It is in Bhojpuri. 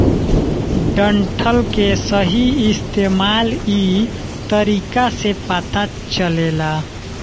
डंठल के सही इस्तेमाल इ तरीका से पता चलेला